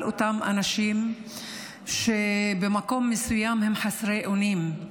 אותם אנשים שבמקום מסוים הם חסרי אונים.